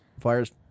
Fire's